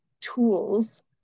tools